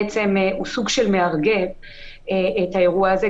בעצם הוא סוג של מארגן את האירוע הזה,